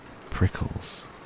prickles